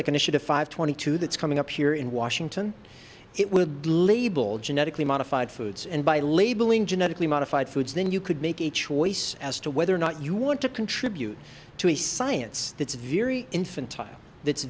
initiative five twenty two that's coming up here in washington it would label genetically modified foods and by labeling genetically modified foods then you could make a choice as to whether or not you want to contribute to a science that's very infantine that's